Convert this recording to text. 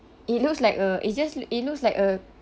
it looks like a it's just it looks like a